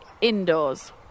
indoors